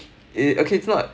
eh okay it's not